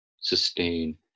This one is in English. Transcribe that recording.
sustain